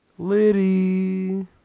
Liddy